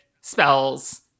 spells